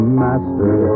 master